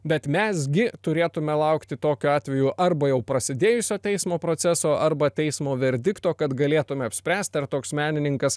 bet mes gi turėtume laukti tokiu atveju arba jau prasidėjusio teismo proceso arba teismo verdikto kad galėtume apspręst ar toks menininkas